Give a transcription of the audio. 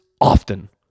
often